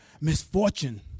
misfortune